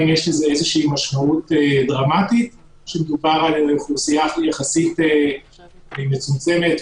אם יש לזה משמעות דרמטית כשמדובר על אוכלוסייה יחסית מצומצמת,